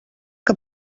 que